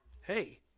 Hey